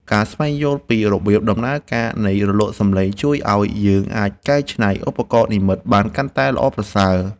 ការស្វែងយល់ពីរបៀបដំណើរការនៃរលកសំឡេងជួយឱ្យយើងអាចកែច្នៃឧបករណ៍និម្មិតបានកាន់តែល្អប្រសើរ។